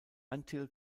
until